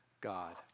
God